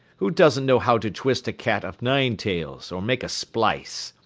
who doesn't know how to twist a cat-o'-nine-tails, or make a splice.